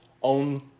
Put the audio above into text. on